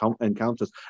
encounters